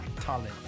talent